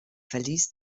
verlies